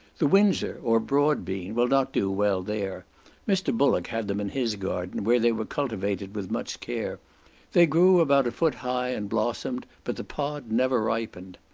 the windsor, or broad-bean, will not do well there mr. bullock had them in his garden, where they were cultivated with much care they grew about a foot high and blossomed, but the pod never ripened.